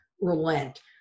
relent